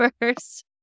first